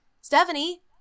Stephanie